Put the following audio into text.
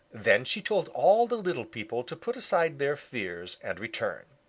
then she told all the little people to put aside their fears and return.